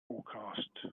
forecast